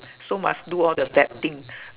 so must do all the bad thing